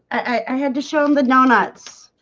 i had to show them the doughnuts